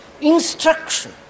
instruction